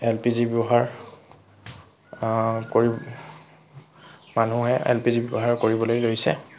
L P G ৰ ব্যৱহাৰ কৰোঁ মানুহে এল পি জি ব্যৱহাৰ কৰিবলৈ লৈছে